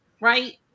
right